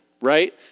right